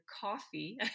coffee